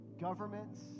governments